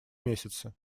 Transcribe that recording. месяцы